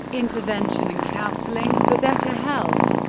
intervention and counseling for better health.